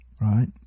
Right